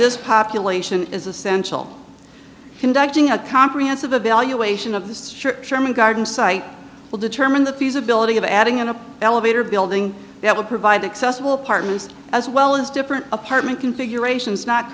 this population is essential conducting a comprehensive evaluation of the strip sherman gardens site will determine the feasibility of adding in the elevator building that will provide accessible apartments as well as different apartment configurations not